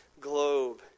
globe